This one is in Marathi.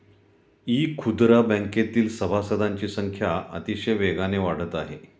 इखुदरा बँकेतील सभासदांची संख्या अतिशय वेगाने वाढत आहे